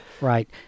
Right